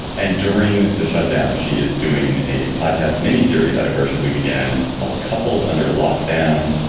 and during the shutdown, she is doing a podcast, mini series that worship we began called couples under lockdown.